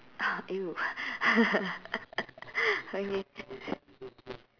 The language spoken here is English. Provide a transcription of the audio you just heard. !eww! I mean